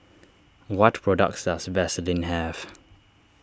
what products does Vaselin have